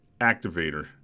activator